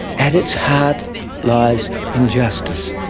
at its heart lies injustice,